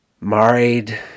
married